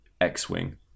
X-Wing